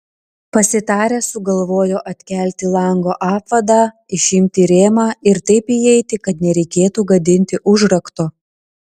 pasitarę sugalvojo atkelti lango apvadą išimti rėmą ir taip įeiti kad nereikėtų gadinti užrakto